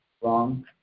wrong